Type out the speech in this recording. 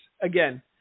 again